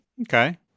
Okay